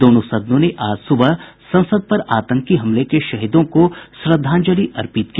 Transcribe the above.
दोनों सदनों ने आज सुबह संसद पर आतंकी हमले के शहीदों को श्रद्धांजलि अर्पित की